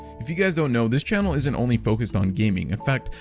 if you guys don't know, this channel isn't only focused on gaming. in fact,